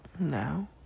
now